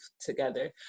together